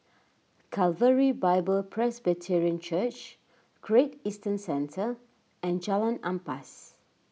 Calvary Bible Presbyterian Church Great Eastern Centre and Jalan Ampas